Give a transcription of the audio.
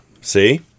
see